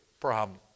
problem